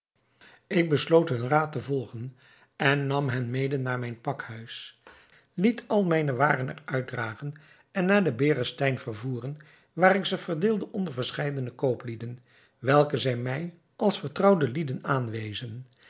ik besloot hun raad te volgen en nam hen mede naar mijn pakhuis liet al mijne waren er uitdragen en naar den berestein vervoeren waar ik ze verdeelde onder verscheidene kooplieden welke zij mij als vertrouwde lieden aanwezen